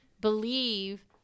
believe